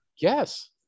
Yes